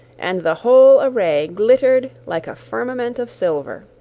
and the whole array glittered like a firmament of silver.